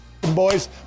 boys